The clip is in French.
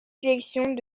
sélections